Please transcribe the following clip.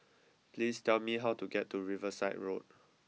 please tell me how to get to Riverside Road